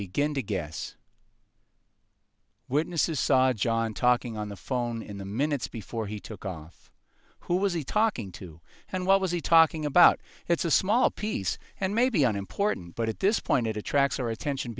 begin to guess witnesses saw john talking on the phone in the minutes before he took off who was he talking to and what was he talking about it's a small piece and maybe an important but at this point it attracts our attention